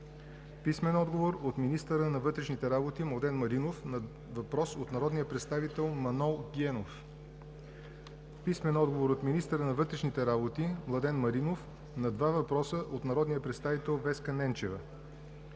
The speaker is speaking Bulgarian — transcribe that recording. Николай Цонков; - министъра на вътрешните работи Младен Маринов на въпрос от народния представител Манол Генов; - министъра на вътрешните работи Младен Маринов на два въпроса от народния представител Веска Ненчева;